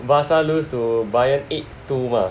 Barce lose to Bayern eight two mah